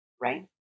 right